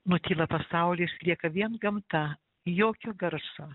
nutyla pasaulis lieka vien gamta jokio garso